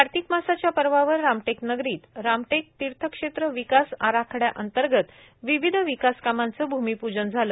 कार्तिक मासाच्या पर्वावर रामटेक नगरीत रामटेक तीर्थक्षेत्र विकास आराखडयांतर्गत विविध विकासकामाचे भूमिपूजन झालं